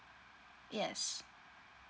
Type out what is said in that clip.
yes